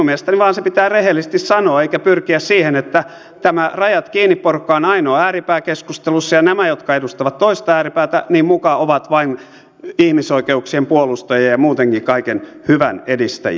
minun mielestäni se vain pitää rehellisesti sanoa eikä pyrkiä siihen että tämä rajat kiinni porukka on ainoa ääripää keskustelussa ja nämä jotka edustavat toista ääripäätä muka ovat vain ihmisoikeuksien puolustajia ja muutenkin kaiken hyvän edistäjiä